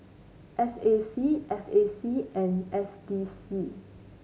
S A C S A C and S D C